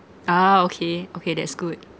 ah okay okay that's good